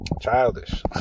Childish